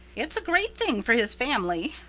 it's a great thing for his family.